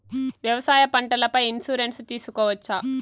వ్యవసాయ పంటల పై ఇన్సూరెన్సు తీసుకోవచ్చా?